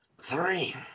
Three